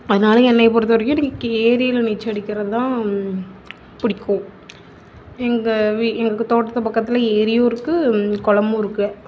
அதனால என்னை பொறுத்தவரைக்கும் எனக்கு ஏரியில் நீச்சல் அடிக்கிறதுதான் பிடிக்கும் எங்கள் வீ எங்கள் தோட்டத்து பக்கத்தில் ஏரியும் இருக்குது குளமு இருக்குது